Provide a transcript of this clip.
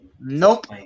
nope